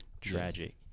Tragic